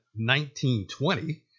1920